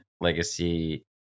legacy